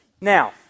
Now